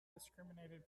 discriminated